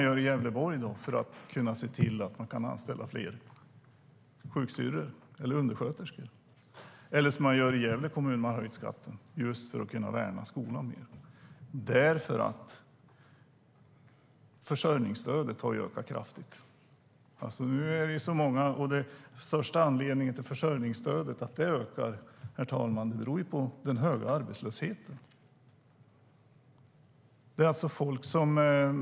I Gävleborg har man höjt skatten för att kunna anställa fler sjuksyrror och undersköterskor. I Gävle kommun har man höjt skatten för att kunna värna skolan mer. Det här har att göra med att försörjningsstödet ökat kraftigt, och den största anledningen till det, herr talman, är den höga arbetslösheten.